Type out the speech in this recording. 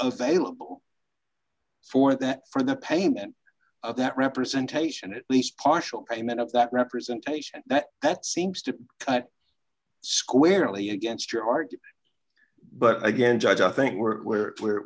available for that for the payment of that representation at least partial payment of that representation that that seems to cut squarely against your art but again judge i think we're where